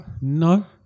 No